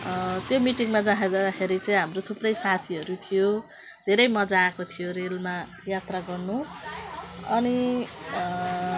त्यो मिटिङमा जाँदाखेरि चाहिँ हाम्रो थुप्रै साथीहरू थियो धेरै मजा आएको थियो रेलमा यात्रा गर्नु अनि